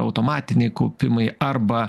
automatiniai kaupimai arba